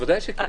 ודאי שכן.